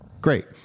Great